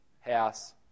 house